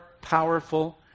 powerful